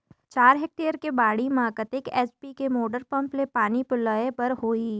चार हेक्टेयर के बाड़ी म कतेक एच.पी के मोटर पम्म ले पानी पलोय बर होही?